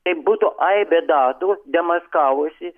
tai būtų aibė datų demaskavusi